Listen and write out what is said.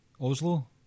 Oslo